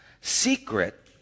secret